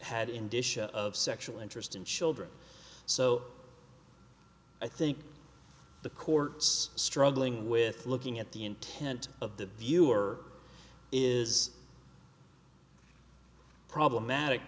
in disha of sexual interest in children so i think the court's struggling with looking at the intent of the viewer is problematic